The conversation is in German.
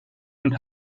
und